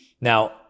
Now